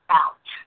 out